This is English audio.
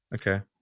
Okay